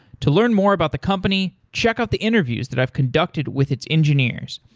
to learn more about the company, check out the interviews that i've conducted with its engineers.